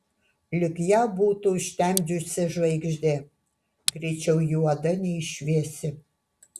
lyg ją būtų užtemdžiusi žvaigždė greičiau juoda nei šviesi